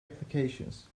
applications